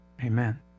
Amen